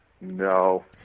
No